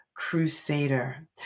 Crusader